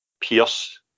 pierce